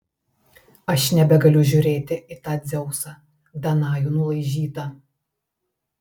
aš nebegaliu žiūrėti į tą dzeusą danajų nulaižytą